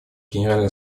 генеральной